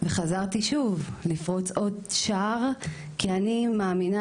וחזרתי שוב לפרוץ עוד שער כי אני מאמינה